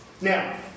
Now